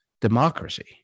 democracy